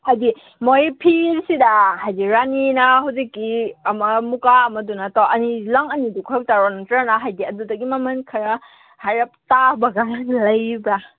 ꯍꯥꯏꯗꯤ ꯃꯣꯏ ꯐꯤꯁꯤꯗ ꯍꯥꯏꯗꯤ ꯔꯥꯅꯤꯅ ꯍꯧꯖꯤꯛꯀꯤ ꯑꯃ ꯃꯨꯛꯀꯥ ꯑꯃꯗꯨꯅ ꯇꯧ ꯑꯅꯤ ꯂꯪ ꯑꯅꯤꯗꯣ ꯈꯛꯇꯔꯣ ꯅꯠꯇ꯭ꯔꯒꯅ ꯍꯥꯏꯗꯤ ꯑꯗꯨꯗꯒꯤ ꯃꯃꯜ ꯈꯔ ꯍꯥꯏꯔꯞ ꯇꯥꯕꯒ ꯂꯩꯕ꯭ꯔꯥ